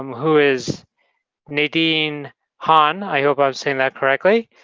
um who is nadine han. i hope i'm saying that correctly.